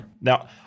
Now